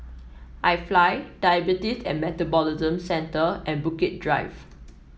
IFly Diabetes and Metabolism Centre and Bukit Drive